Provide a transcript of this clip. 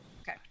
okay